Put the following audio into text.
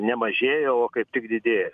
nemažėja o kaip tik didėja